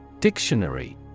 Dictionary